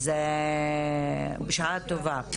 אז בשעה טובה.